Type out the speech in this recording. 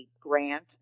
grant